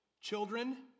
children